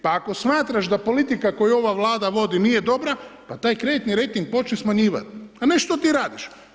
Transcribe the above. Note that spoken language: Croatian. Pa ako smatraš da politika koju ova Vlada vodi nije dobra pa taj kreditni rejting počni smanjivati a ne što ti radiš.